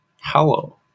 hello